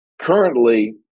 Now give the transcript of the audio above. currently